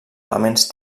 elements